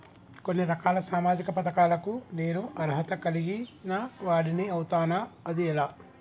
కొన్ని రకాల సామాజిక పథకాలకు నేను అర్హత కలిగిన వాడిని అవుతానా? అది ఎలా?